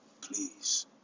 please